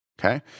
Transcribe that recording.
Okay